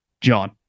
JOHN